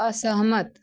असहमत